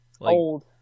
Old